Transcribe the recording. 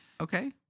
Okay